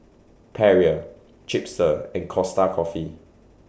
Perrier Chipster and Costa Coffee